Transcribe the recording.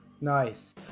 nice